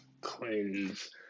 cleanse